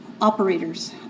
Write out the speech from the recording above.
operators